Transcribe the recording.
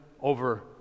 over